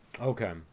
Okay